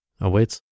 awaits